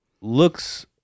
Looks